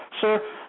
sir